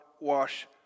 wash